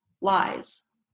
lies